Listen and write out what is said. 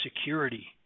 security